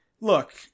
Look